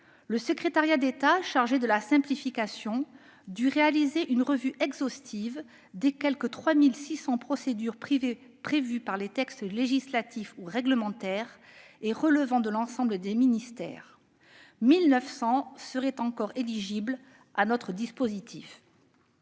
de la réforme de l'État et de la simplification dut réaliser une revue exhaustive des quelque 3 600 procédures prévues par les textes législatifs ou réglementaires et relevant de l'ensemble des ministères : 1 900 procédures seraient encore éligibles à ce dispositif.